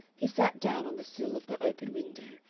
he sat down on the sill of the open window,